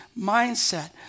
mindset